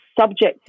subjective